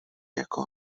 jako